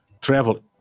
Travel